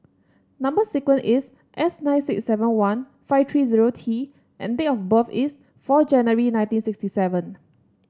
number sequence is S nine six seven one five three zero T and date of birth is four January nineteen sixty seven